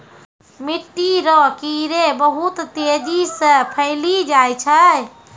मिट्टी रो कीड़े बहुत तेजी से फैली जाय छै